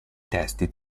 testi